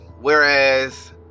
whereas